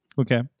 Okay